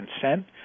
consent